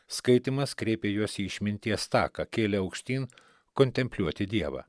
skaitymas kreipė juos į išminties taką kėlė aukštyn kontempliuoti dievą